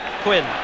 Quinn